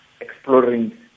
exploring